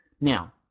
Now